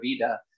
Vida